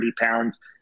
pounds